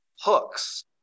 hooks